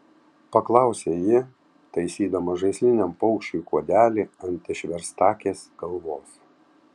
paklausė ji taisydama žaisliniam paukščiui kuodelį ant išverstakės galvos